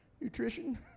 nutrition